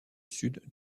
sud